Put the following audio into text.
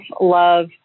love